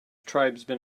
tribesmen